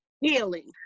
healing